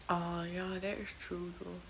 ah ya that's true though